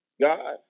God